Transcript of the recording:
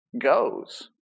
goes